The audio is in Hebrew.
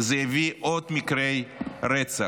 זה הביא עוד מקרי רצח.